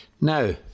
now